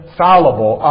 fallible